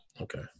Okay